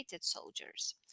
soldiers